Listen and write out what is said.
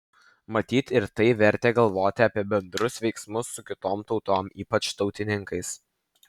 matyt ir tai vertė galvoti apie bendrus veiksmus su kitom tautom ypač tautininkus